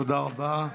תודה רבה.